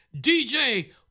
DJ